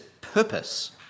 purpose